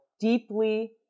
deeply